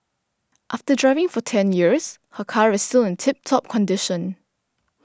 after driving for ten years her car is still in tip top condition